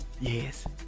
yes